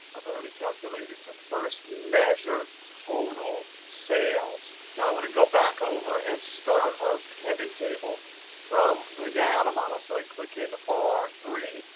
i've already calculated the first measure total sales. now i want to go back over and start our pivot table from the data model. so i click in r three.